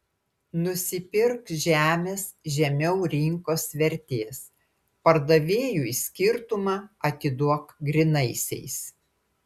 nusipirk žemės žemiau rinkos vertės pardavėjui skirtumą atiduok grynaisiais